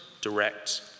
direct